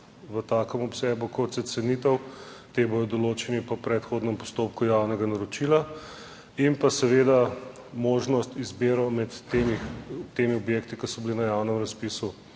v takem obsegu, kot se cenitev, te bodo določeni po predhodnem postopku javnega naročila, in pa seveda možnost izbire med temi objekti, ki so bili na javnem razpisu